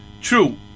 True